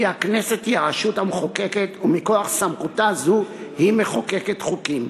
כי הכנסת היא הרשות המחוקקת ומכוח סמכותה זו היא מחוקקת חוקים,